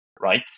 right